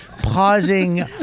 Pausing